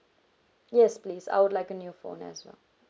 yes please I would like a new phone as well